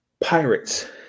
Pirates